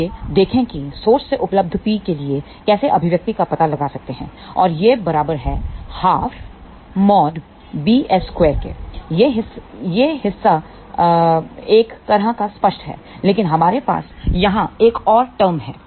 आइए देखें कि सोर्स से उपलब्ध P के लिए कैसे अभिव्यक्ति का पता लगा सकते हैं और यह बराबर है 12⎪bs⎪2 के यह हिस्सा एक तरह का स्पष्ट है लेकिन हमारे पास यहां एक और टर्म है